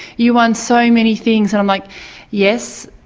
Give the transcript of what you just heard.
you won so many things'. and i'm like yes,